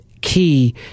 key